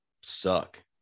suck